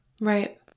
Right